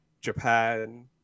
japan